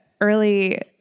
early